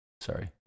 Sorry